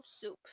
soup